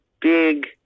big